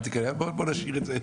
אז בוא נשאיר את זה,